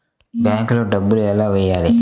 బ్యాంక్లో డబ్బులు ఎలా వెయ్యాలి?